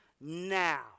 now